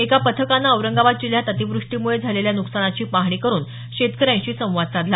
एका पथकाने औरंगाबाद जिल्ह्यात अतिवृष्टीमुळे झालेल्या नुकसानाची पाहणी करुन शेतकऱ्यांशी संवाद साधला